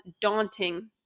daunting